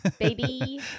baby